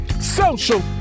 social